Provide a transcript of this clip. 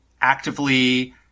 actively